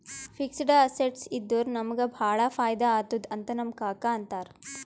fixed assets ಇದ್ದುರ ನಮುಗ ಭಾಳ ಫೈದಾ ಆತ್ತುದ್ ಅಂತ್ ನಮ್ ಕಾಕಾ ಅಂತಾರ್